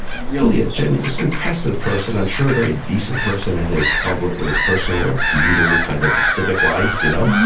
really a genius, impressive person, i'm sure. a very decent person in his public and his personal and communal kind of civic life, you know,